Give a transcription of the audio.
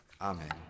Amen